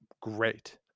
great